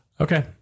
Okay